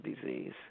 disease